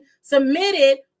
submitted